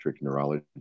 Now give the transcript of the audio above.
neurology